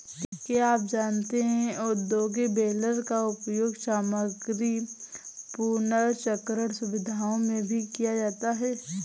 क्या आप जानते है औद्योगिक बेलर का उपयोग सामग्री पुनर्चक्रण सुविधाओं में भी किया जाता है?